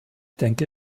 denke